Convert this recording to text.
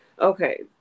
Okay